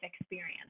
experience